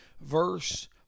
verse